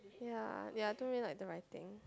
ya ya I don't really like the writing